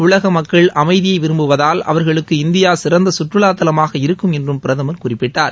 உலக மக்கள் அமைதியை விரும்புவதால் அவர்களுக்கு இந்தியா சிறந்த கற்றுவா தலமாக இருக்கும் என்றும் பிரதமர் குறிப்பிட்டார்